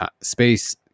space